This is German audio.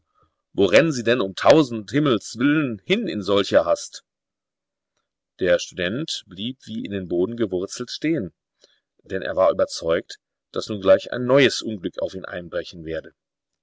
wo rennen sie denn um tausend himmels willen hin in solcher hast der student blieb wie in den boden gewurzelt stehen denn er war überzeugt daß nun gleich ein neues unglück auf ihn einbrechen werde